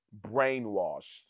Brainwashed